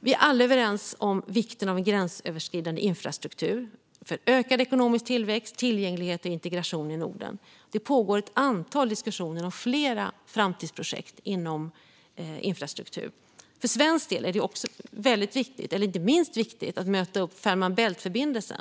Vi är alla överens om vikten av en gränsöverskridande infrastruktur för ökad ekonomisk tillväxt, tillgänglighet och integration i Norden. Det pågår ett antal diskussioner om flera framtidsprojekt inom infrastruktur. För svensk del är det inte minst viktigt att möta upp Fehmarn Bält-förbindelsen.